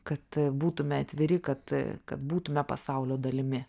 kad būtume atviri kad kad būtume pasaulio dalimi